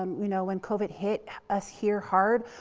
um you know, when covid hit us here hard,